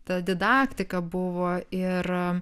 ta didaktika buvo ir